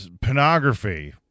pornography